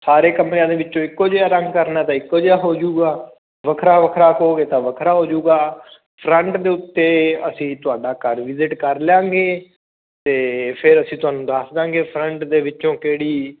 ਸਾਰੇ ਕਮਰਿਆਂ ਦੇ ਵਿੱਚੋਂ ਇੱਕੋ ਜਿਹਾ ਰੰਗ ਕਰਨਾ ਤਾਂ ਇੱਕੋ ਜਿਹਾ ਹੋ ਜਾਵੇਗਾ ਵੱਖਰਾ ਵੱਖਰਾ ਕਹੋਗੇ ਤਾਂ ਵੱਖਰਾ ਹੋ ਜਾਵੇਗਾ ਫਰੰਟ ਦੇ ਉੱਤੇ ਅਸੀਂ ਤੁਹਾਡਾ ਘਰ ਵਿਜਿਟ ਕਰ ਲਵਾਂਗੇ ਅਤੇ ਫਿਰ ਅਸੀਂ ਤੁਹਾਨੂੰ ਦੱਸ ਦਾਂਗੇ ਫਰੰਟ ਦੇ ਵਿੱਚੋਂ ਕਿਹੜੀ